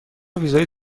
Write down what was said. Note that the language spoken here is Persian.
ویزای